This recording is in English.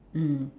mm